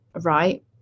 right